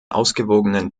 ausgewogenen